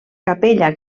capella